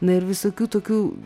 na ir visokių tokių